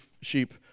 sheep